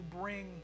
bring